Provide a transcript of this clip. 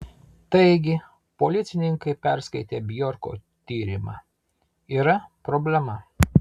taigi policininkai perskaitę bjorko tyrimą yra problema